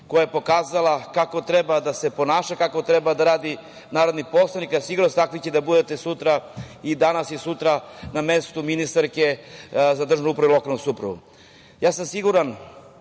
koja je pokazala kako treba da se ponaša, kako treba da radi narodni poslanik, a sigurno ćete takvi da budete i danas i sutra na mestu ministarke za državnu upravu i lokalnu samoupravu. Siguran